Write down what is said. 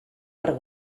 per